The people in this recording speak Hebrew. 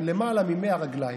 עם למעלה מ-100 רגליים,